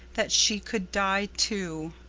that she could die, too.